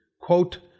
Quote